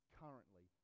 currently